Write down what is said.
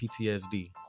PTSD